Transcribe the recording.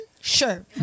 sure